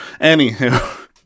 anywho